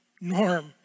Norm